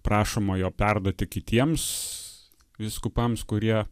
prašoma jo perduoti kitiems vyskupams kurie